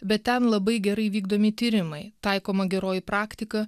bet ten labai gerai vykdomi tyrimai taikoma geroji praktika